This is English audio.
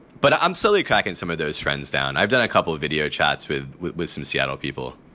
but i'm slowly cocking some of those friends down. i've done a couple of video chats with with with some seattle people.